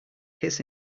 his